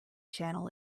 channel